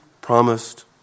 promised